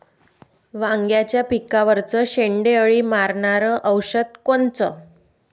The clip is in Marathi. वांग्याच्या पिकावरचं शेंडे अळी मारनारं औषध कोनचं?